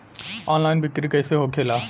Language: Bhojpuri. ऑनलाइन बिक्री कैसे होखेला?